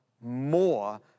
more